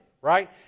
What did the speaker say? right